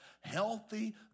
healthy